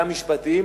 גם משפטיים,